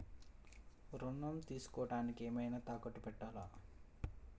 ఋణం తీసుకొనుటానికి ఏమైనా తాకట్టు పెట్టాలా?